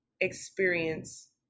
experience